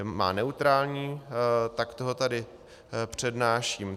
Má neutrální, tak ho tady přednáším.